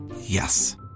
Yes